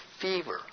fever